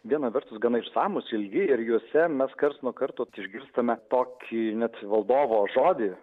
viena vertus gana išsamūs ilgi ir juose mes karts nuo karto išgirstame tokį net valdovo žodį